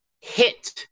hit